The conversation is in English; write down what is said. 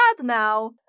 now